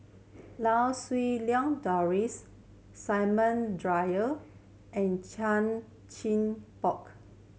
Lau Siew Lang Doris Samuel Dyer and Chan Chin Bock